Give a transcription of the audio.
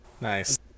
Nice